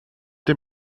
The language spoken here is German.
dem